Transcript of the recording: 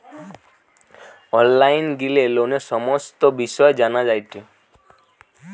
online গিলে লোনের সমস্ত বিষয় জানা যায়টে